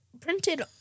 printed